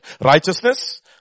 Righteousness